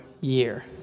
year